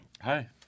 Hi